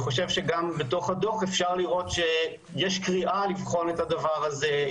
בתוך הדוח אפשר לראות שיש קריאה לבחון את הדבר הזה,